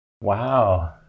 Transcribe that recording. wow